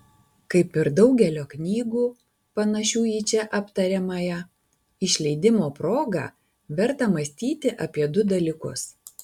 kaip ir daugelio knygų panašių į čia aptariamąją išleidimo proga verta mąstyti apie du dalykus